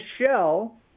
shell